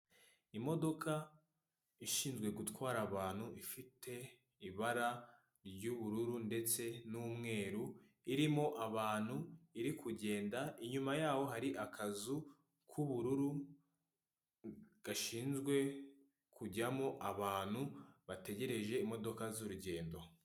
Aha rero ni muri banki runaka biterwa n'iyo ukoresha, haba hari abantu bakira abandi, ukaza bakagufasha nyine ku bintu bijyanye no kubitsa no kubikuza, waba ushaka amafaranga mu ntoki bagahita bayaguhereza rwose, ni ibintu byoroshye, nk'uko ubibona hakurya harimo abari beza baseka neza winjiramo bagahita bagufasha.